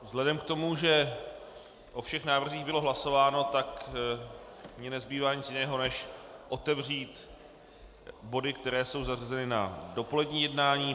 Vzhledem k tomu, že o všech návrzích bylo hlasováno, tak mi nezbývá nic jiného než otevřít body, které jsou zařazeny na dopolední jednání.